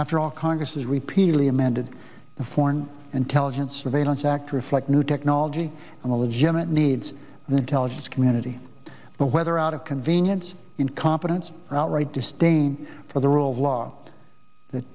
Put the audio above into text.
after all congress has repeatedly amended the foreign intelligence surveillance act to reflect new technology and the legitimate needs of the intelligence community but whether out of convenience incompetence or outright disdain for the rule of law th